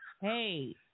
hey